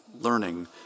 learning